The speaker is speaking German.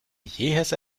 jähes